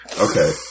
Okay